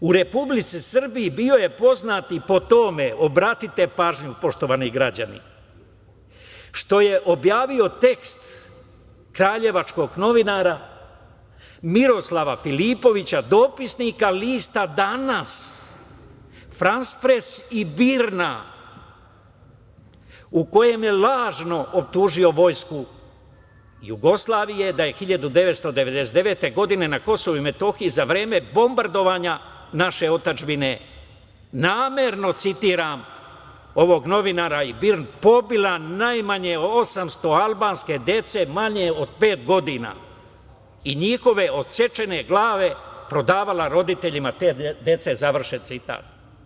U Republici Srbiji bio je poznat i po tome, obratite pažnju poštovani građani, što je objavio tekst kraljevačkog novinara Miroslava Filipovića, dopisnika lista „Danas“, „Frans-Pres“ i BIRN-a, u kojem je lažno optužio Vojsku Jugoslavije da je 1999. godine na KiM za vreme bombardovanja naše otadžbine namerno, citiram ovog novinara i BIRN, pobila najmanje 800 albanske dece manje od pet godina i njihove odsečene glave prodavala roditeljima te dece, završen citat.